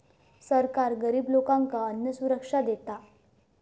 सरकार गरिब लोकांका अन्नसुरक्षा देता